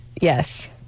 Yes